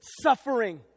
suffering